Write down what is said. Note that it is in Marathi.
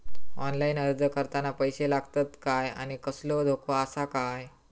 ऑनलाइन अर्ज करताना पैशे लागतत काय आनी कसलो धोको आसा काय?